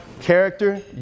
character